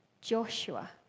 Joshua